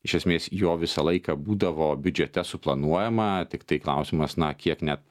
iš esmės jo visą laiką būdavo biudžete suplanuojama tiktai klausimas na kiek net